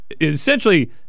essentially